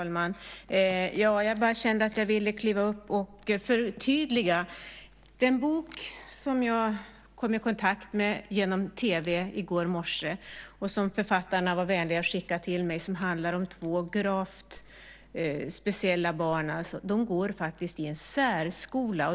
Herr talman! Jag kände bara att jag ville kliva upp och förtydliga mig. Den bok jag kom i kontakt med genom tv i går morse och som författarna var vänliga nog att skicka till mig handlar om två speciella barn som faktiskt går i en särskola.